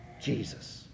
Jesus